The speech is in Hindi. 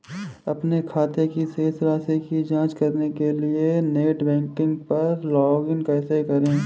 अपने खाते की शेष राशि की जांच करने के लिए नेट बैंकिंग पर लॉगइन कैसे करें?